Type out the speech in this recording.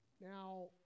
Now